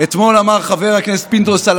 אתמול אמר חבר הכנסת פינדרוס על